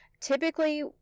Typically